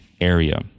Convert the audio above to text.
area